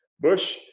Bush